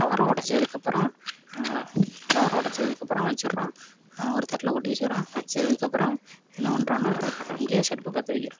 கவரை உடச்சதுக்கப்பறம் கவரை உடச்சதுக்கப்பறம் வெச்சுர்றோம் ஒரு தட்டில் கொட்டி வெச்சுர்றோம் வெச்சதுக்கப்புறம் என்ன பண்ணுறோன்னா கேஸ் அடுப்பு பற்ற வைக்கிறோம்